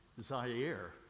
Zaire